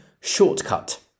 Shortcut